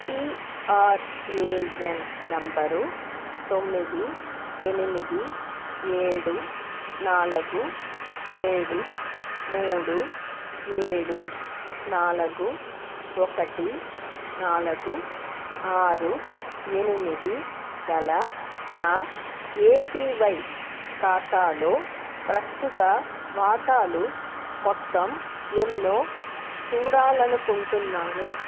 PRAN number తొమ్మిది ఎనిమిది ఏడు నాలుగు ఏడు మూడు ఏడు నాలుగు ఒకటి నాలుగు ఆరు ఎనిమిది గల నా ఏపివై ఖాతాలో ప్రస్తుత వాటాలు మొత్తం ఎన్నో చూడాలనుకుంటున్నాను